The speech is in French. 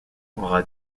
aura